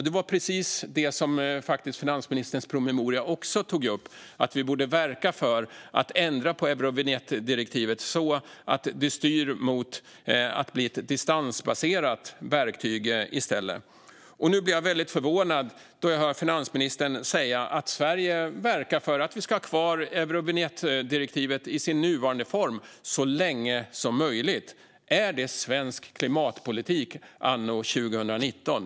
Det var precis det som finansministerns promemoria också tog upp: att vi borde verka för att ändra på Eurovinjettdirektivet så att det i stället styr mot att bli ett distansbaserat verktyg. Jag blir därför väldigt förvånad när jag hör finansministern säga att Sverige verkar för att vi ska ha kvar Eurovinjettdirektivet i sin nuvarande form så länge som möjligt. Är det svensk klimatpolitik anno 2019?